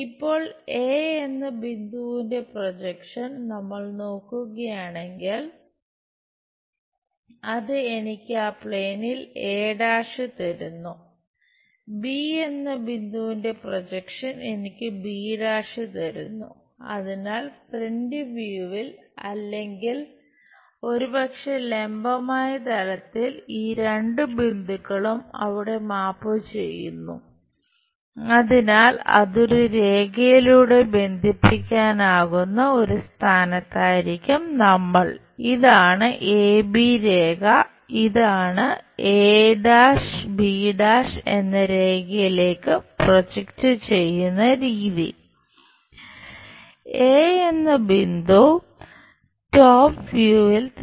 ഇപ്പോൾ എ ചെയ്യുന്ന രീതി